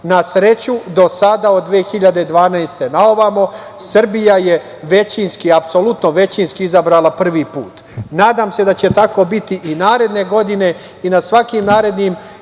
sreću do sada, od 2012. godine, na ovamo Srbija je apsolutno većinski izabrala prvi put. Nadam se da će tako biti i naredne godine i na svakim narednim